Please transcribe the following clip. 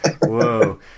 whoa